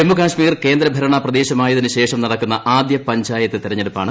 ജമ്മുകാശ്മീർ കേന്ദ്രഭരണ പ്രദേശമായതിനുശേഷം നടക്കുന്ന ആദ്യ പഞ്ചായത്ത് തെരഞ്ഞെടുപ്പാണ്